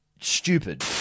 stupid